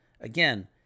Again